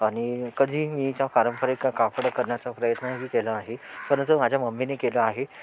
आणि कधी मी या पारंपरिक कापडं करण्याचा प्रयत्नही केला आहे परंतु माझ्या मम्मीने केला आहे